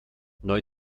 neu